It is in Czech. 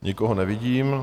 Nikoho nevidím.